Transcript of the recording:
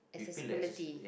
accessibility